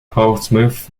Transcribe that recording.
portsmouth